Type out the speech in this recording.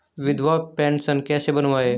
विधवा पेंशन कैसे बनवायें?